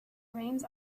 reins